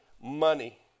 money